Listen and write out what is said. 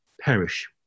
perish